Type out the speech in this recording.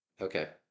Okay